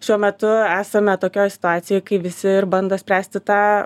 šiuo metu esame tokioj situacijoj kai visi ir bando spręsti tą